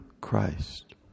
Christ